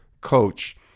coach